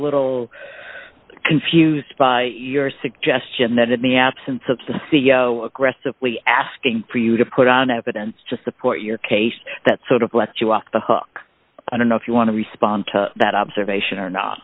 little confused by your suggestion that in the absence of the c e o aggressively asking for you to put on evidence to support your case that sort of lets you off the hook i don't know if you want to respond to that observation or not